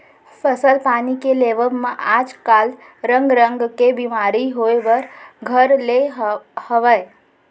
फसल पानी के लेवब म आज काल रंग रंग के बेमारी होय बर घर ले हवय